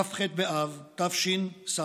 כ"ח באב תשס"ה,